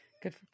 Good